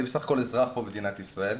אני בסך הכל אזרח במדינת ישראל,